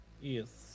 Yes